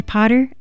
Potter